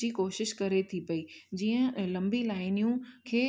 जी कोशिश करे थी पई जीअं लंबी लाइनियूं खे